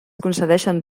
concedeixen